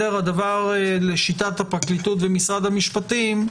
הדבר לשיטת הפרקליטות במשרד המשפטים,